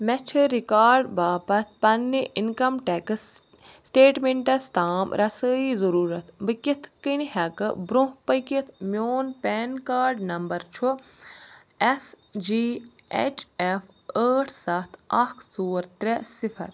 مےٚ چھ ریکارڈ باپتھ پننہ انکم ٹیکس سٹیٹمنٹس تام رسٲیی ضروٗرت بہٕ کتھ کٔنۍ ہؠکہٕ برٛونٛہہ پٔکتھ میون پین کارڈ نمبر چھ ایٚس جی ایٚچ ایٚف ٲٹھ ستھ اکھ ژور ترےٚ صفر